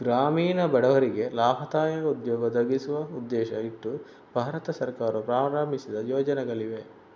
ಗ್ರಾಮೀಣ ಬಡವರಿಗೆ ಲಾಭದಾಯಕ ಉದ್ಯೋಗ ಒದಗಿಸುವ ಉದ್ದೇಶ ಇಟ್ಟು ಭಾರತ ಸರ್ಕಾರವು ಪ್ರಾರಂಭಿಸಿದ ಯೋಜನೆಗಳಿವೆ